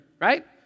right